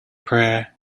prayer